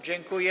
Dziękuję.